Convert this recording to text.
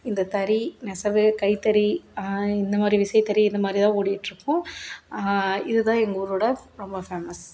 இந்த தறி நெசவு கைத்தறி இந்தமாதிரி விசைத்தறி இதை மாதிரிதான் ஓடிகிட்ருக்கும் இதுதான் எங்கள் ஊரோட ரொம்ப ஃபேமஸ்